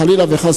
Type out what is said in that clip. חלילה וחס,